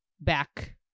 back